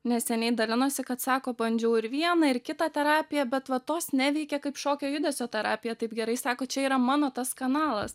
neseniai dalinosi kad sako bandžiau ir vieną ir kitą terapiją bet va tos neveikė kaip šokio judesio terapija taip gerai sako čia yra mano tas kanalas